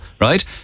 right